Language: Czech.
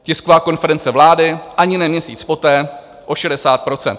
Tisková konference vlády ani ne měsíc poté o 60 %.